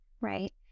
right